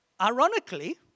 Ironically